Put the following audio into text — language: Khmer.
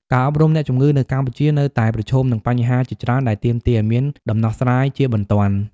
ការអប់រំអ្នកជំងឺនៅកម្ពុជានៅតែប្រឈមនឹងបញ្ហាជាច្រើនដែលទាមទារឱ្យមានដំណោះស្រាយជាបន្ទាន់។